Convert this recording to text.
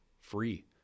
free